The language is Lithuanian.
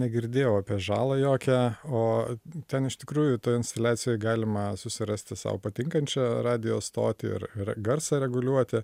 negirdėjau apie žalą jokią o ten iš tikrųjų toj instaliacijoj galima susirasti sau patinkančią radijo stotį ir ir garsą reguliuoti